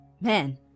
Man